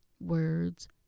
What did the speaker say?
words